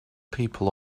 people